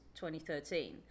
2013